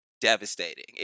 devastating